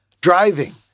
Driving